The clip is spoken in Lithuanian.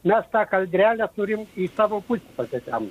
mes tą kaldrelę turim į savo pusę pasitempt